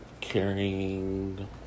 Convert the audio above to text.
carrying